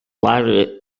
latter